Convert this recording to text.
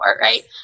right